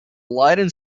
leiden